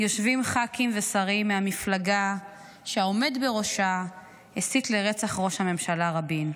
יושבים ח"כים ושרים מהמפלגה שהעומד בראשה הסית לרצח ראש הממשלה רבין.